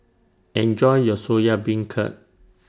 Enjoy your Soya Beancurd